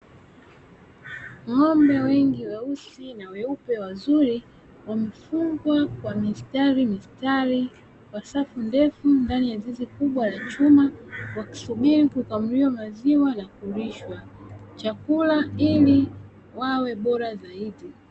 Ng'ombe wengi weusi na weupe wazuri wamefungwa kwa mistarimistari wa safu ndefu ndani ya zizi kubwa la chuma, wakisubiri kukamuliwa maziwa na kulishwa chakula ili wawe bora zaidi.